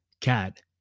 Cat